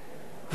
ואתמול.